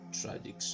tragic